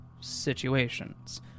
situations